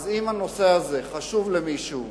אז אם הנושא הזה חשוב למישהו,